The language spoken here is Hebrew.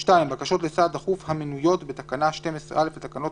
(2) בקשות לסעד דחוף המנויות בתקנה 12(א) לתקנות